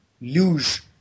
luge